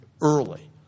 early